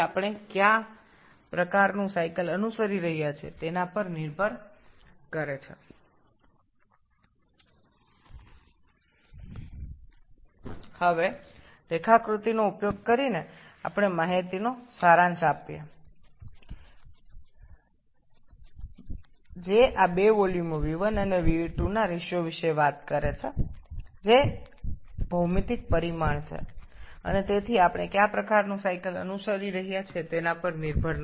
আমাদের ৬ সংকোচন অনুপাত রয়েছে যা এই দুটি ভলিউম v1 এবং v2 এর অনুপাতের কথা বলছে এই সংজ্ঞাটি একই থেকে যায় এটি জ্যামিতিক রাশি তাই এটি কোন ধরণের চক্র ব্যবহার করছি তার উপর নির্ভর করে না